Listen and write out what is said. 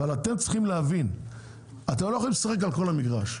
אבל אתם צריכים להבין שאתם לא יכולים לשחק על כל המגרש.